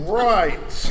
right